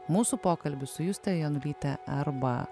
mūsų pokalbis su juste janulyte arba